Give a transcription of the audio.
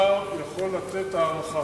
אם השר יכול לתת הערכה,